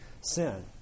sin